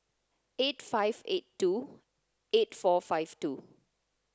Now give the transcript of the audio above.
eight five eight two eight four five two